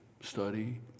study